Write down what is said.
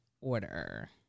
order